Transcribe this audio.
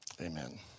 amen